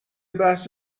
بحث